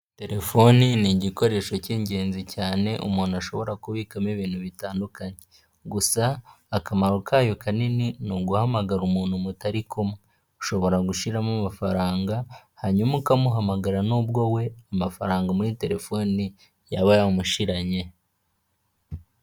Telefoni ni igikoresho cy'ingenzi cyane umuntu ashobora kubikamo ibintu bitandukanye, gusa akamaro kayo kanini ni uguhamagara umuntu mutari kumwe, ushobora gushyiramo amafaranga hanyuma ukamuhamagara nubwo we amafaranga muri telefone yaba yamushiranye.